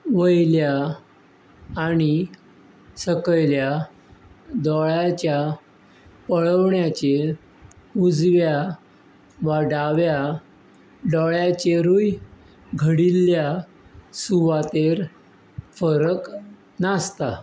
वयल्या आनी सकयल्या दोळ्याच्या पळोवण्याचेर उजव्या वा दाव्या दोळ्याचेरूय घडिल्ल्या सुवातेर फरक नासता